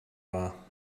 war